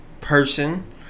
person